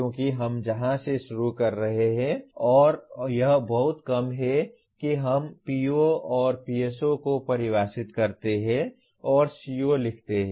क्योंकि हम जहां से शुरू कर रहे हैं और यह बहुत कम है कि हम PO और PSO को परिभाषित करते हैं और CO लिखते हैं